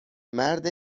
مرد